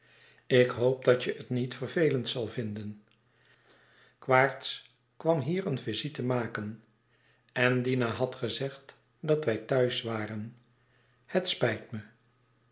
ik hoop dat je het niet vervelend zal vinden quaerts kwam hier een visite maken en dina had gezegd dat wij thuis waren het spijt me